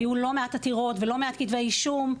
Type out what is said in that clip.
היו לא מעט עתירות ולא מעט כתבי אישום,